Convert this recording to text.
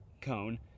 cone